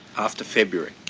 after february?